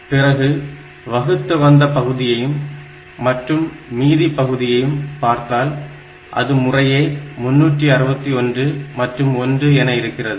பிறகு வகுத்துவந்த பகுதியையும் மற்றும் மீதி பகுதியையும் பார்த்தால் அது முறையே 361 மற்றும் 1 என இருக்கிறது